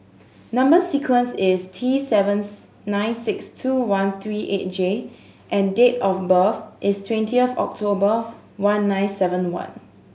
number sequence is T seventh nine six two one three eight J and date of birth is twenty of October one nine seven one